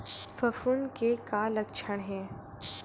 फफूंद के का लक्षण हे?